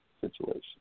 situation